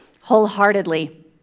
wholeheartedly